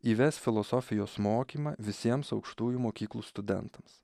įves filosofijos mokymą visiems aukštųjų mokyklų studentams